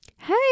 Hey